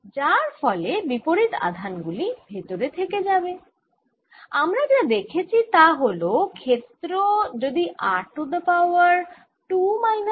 এবার ধরে নিই E বদলায় 1 by r to the power 2 minus delta হিসেবে যেখানে ডেল্টা একটি ধনাত্মক সংখ্যা তা হলে তড়িৎ ক্ষেত্র এই মাঝখানের বিন্দু তে হবে E সমান sigma d omega r 2 square by r 2 to the power 2 minus delta ও তার দিক হবে এই দিক বরাবর